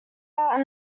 out